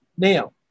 Now